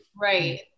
Right